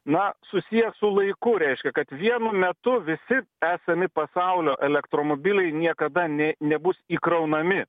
na susiję su laiku reiškia kad vienu metu visi esami pasaulio elektromobiliai niekada nė nebus įkraunami